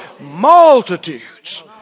multitudes